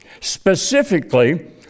Specifically